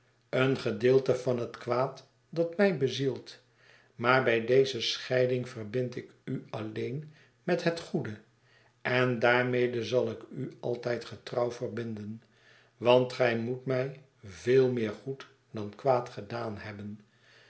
een gedeelte van het kwaad dat mij bezielt maar bij deze scheiding verbind ik u alleen met het goede en daarmede zal ik u altijd getrouw verbinden want gij moet mij veel meer goed dan kwaad gedaan hebben